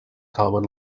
common